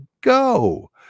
go